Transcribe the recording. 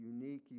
unique